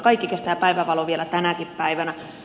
kaikki kestävät päivänvalon vielä tänäkin päivänä